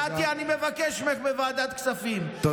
קטי, אני מבקשת ממך, בוועדת כספים, תודה רבה.